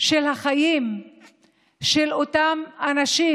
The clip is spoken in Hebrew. של החיים של אותם אנשים